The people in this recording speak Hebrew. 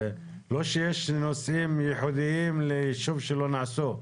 לא שיש נושאים ייחודיים ליישוב שלא נעסוק.